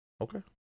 Okay